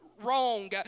wrong